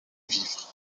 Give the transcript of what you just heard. vivre